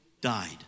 died